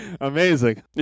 amazing